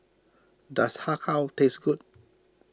does Har Kow taste good